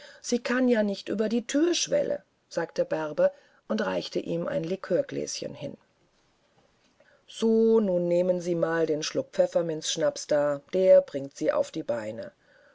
sie kann ja nicht über die thürschwelle sagte bärbe und reichte ihm ein likörgläschen hin so und nun nehmen sie mal den schluck pfefferminzschnaps da der bringt sie auf die beine